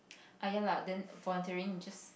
ah ya lah then volunteering just